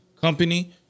company